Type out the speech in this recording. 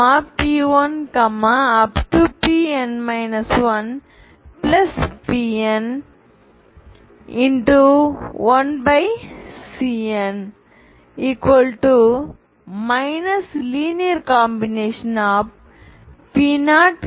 Pn 1Pn1Cn linear combination of P0P1